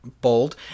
bold